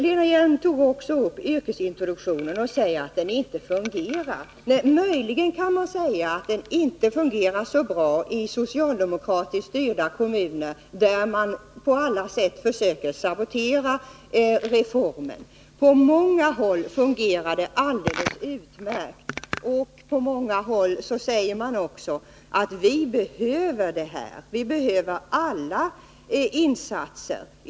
Lena Hjelm-Wallén tog också upp yrkesintroduktionen och sade att den inte fungerar. Möjligen kan man säga att den inte fungerar så bra i socialdemokratiskt styrda kommuner, där man på alla sätt försöker sabotera reformen. På många håll fungerar den alldeles utmärkt, där man säger att man behöver detta — man behöver alla insatser.